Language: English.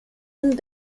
and